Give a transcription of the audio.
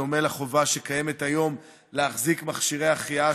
בדומה לחובה שקיימת היום להחזיק מכשירי החייאה,